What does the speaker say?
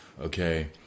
okay